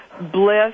bliss